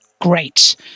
Great